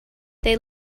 they